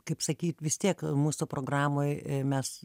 kaip sakyt vis tiek mūsų programoj mes